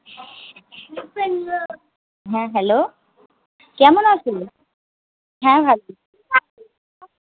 হ্যাঁ হ্যালো কেমন আছেন হ্যাঁ ভালো